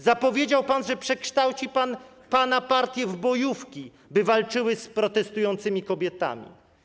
Zapowiedział pan, że przekształci pan swoją partię w bojówki, by walczyły z protestującymi kobietami.